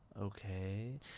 okay